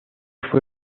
fue